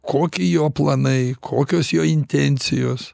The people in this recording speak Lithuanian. kokį jo planai kokios jo intencijos